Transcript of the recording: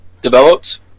developed